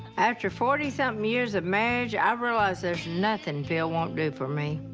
after forty something years of marriage, i've realized there's nothing phil won't do for me.